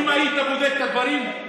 אם היית בודק את הדברים,